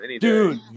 Dude